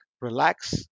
relax